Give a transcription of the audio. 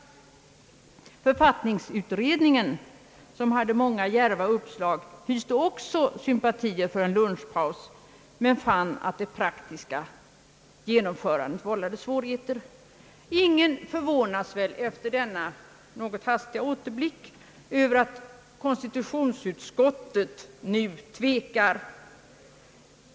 Författningsutredningen, som hade många djärva uppslag, hyste också sympatier för tanken på en lunchpaus men fann att det praktiska genomförandet vållade svårigheter. Ingen förvånas väl efter denna hastiga återblick över att konstitutionsutskottet nu tvekar.